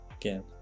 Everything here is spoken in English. again